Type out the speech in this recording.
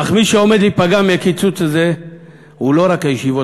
אולם מי שעומד להיפגע מהקיצוץ הזה הוא לא רק הישיבות